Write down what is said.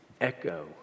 echo